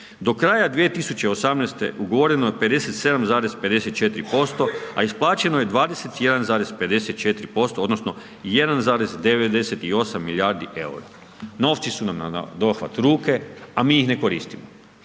Do kraja 2018. ugovoreno je 57,54%, a isplaćeno je 21,54%, odnosno 1,98 milijardi eura. Novci su nam nadohvat ruke, a mi ih ne koristimo.